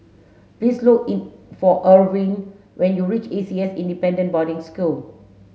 please look for Irwin when you reach A C S Independent Boarding School